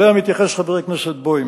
ואליה התייחס חבר הכנסת בוים